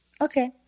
Okay